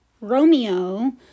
Romeo